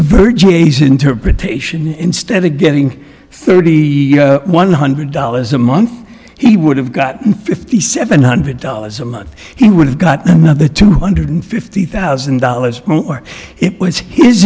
verges interpretation instead of getting thirty one hundred dollars a month he would have gotten fifty seven hundred dollars a month he would have got another two hundred fifty thousand dollars or it was his